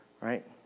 right